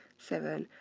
seven,